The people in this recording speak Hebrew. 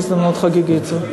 בהזדמנות חגיגית זו.